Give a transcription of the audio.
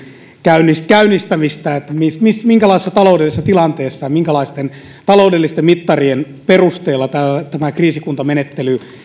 käynnistämistä ja sitä minkälaisessa taloudellisessa tilanteessa ja minkälaisten taloudellisten mittarien perusteella kriisikuntamenettely